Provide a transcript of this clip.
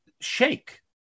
shake